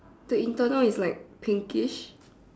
the internal is like pinkish